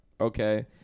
okay